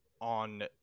on